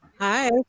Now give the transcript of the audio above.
Hi